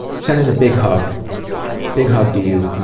sending a big hug big hug to you,